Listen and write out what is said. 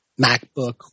MacBook